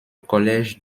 collège